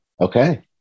Okay